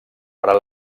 per